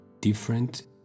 different